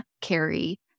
carry